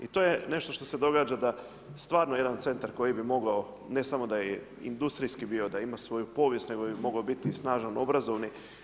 I to je nešto što se događa da stvarno jedan centar koji bi mogao ne samo da je industrijski bio, da ima svoju povijest nego da bi mogao biti i snažan obrazovni.